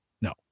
No